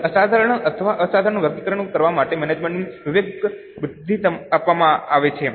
હવે અસાધારણ અથવા અસાધારણ વર્ગીકરણ કરવા માટે મેનેજમેન્ટને વિવેકબુદ્ધિ આપવામાં આવે છે